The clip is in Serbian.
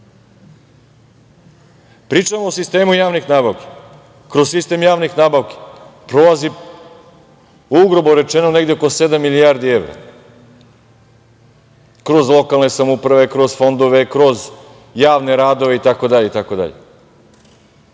o sistemu javnih nabavki. Kroz sistem javnih nabavki prolazi, ugrubo rečeno, negde oko sedam milijardi evra, kroz lokalne samouprave, kroz fondove, kroz javne radove itd.